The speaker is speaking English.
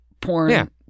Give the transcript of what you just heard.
porn